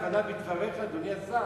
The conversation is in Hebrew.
הבנה של דבריך, אדוני השר.